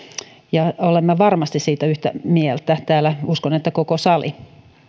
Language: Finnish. ja olemme varmasti siitä yhtä mieltä täällä uskon että koko sali